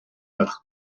eich